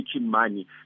money